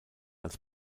als